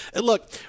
Look